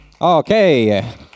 Okay